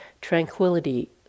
tranquility